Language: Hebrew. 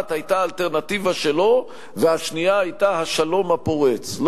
היתה אלטרנטיבה שלו והשנייה היתה השלום הפורץ.